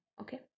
okay